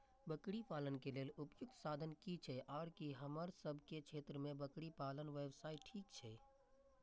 बकरी पालन के लेल उपयुक्त संसाधन की छै आर की हमर सब के क्षेत्र में बकरी पालन व्यवसाय ठीक छै?